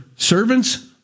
Servants